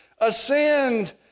ascend